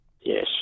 Yes